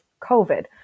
COVID